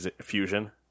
fusion